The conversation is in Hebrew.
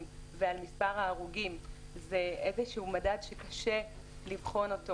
ועל מספר ההרוגים זה איזה מדד שקשה לבחון,